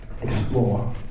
Explore